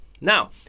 Now